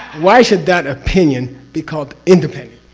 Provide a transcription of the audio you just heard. why should that opinion be called independent?